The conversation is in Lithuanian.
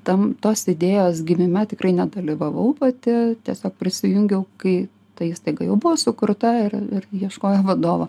tam tos idėjos gimime tikrai nedalyvavau pati tiesiog prisijungiau kai ta įstaiga jau buvo sukurta ir ir ieškojo vadovo